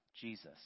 Jesus